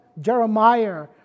Jeremiah